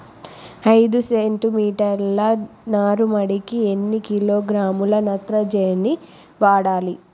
ఐదు సెంటి మీటర్ల నారుమడికి ఎన్ని కిలోగ్రాముల నత్రజని వాడాలి?